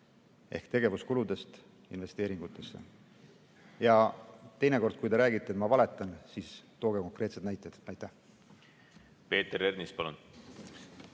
ehk tegevuskuludest investeeringutesse. Ja teinekord, kui te räägite, et ma valetan, siis tooge konkreetsed näited. Raha, hea küsija,